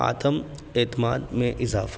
آتم اعتماد میں اضافہ